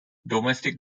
domestic